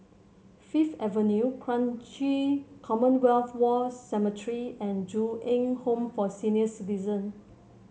Fifth Avenue Kranji Commonwealth War Cemetery and Ju Eng Home for Senior Citizen